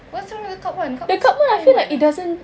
what's wrong with the cup [one] cup [one] is everywhere